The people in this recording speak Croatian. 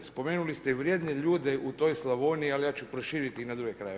Spomenuli ste vrijedne ljude u toj Slavoniji, ali ja ću proširiti i na druge krajeve.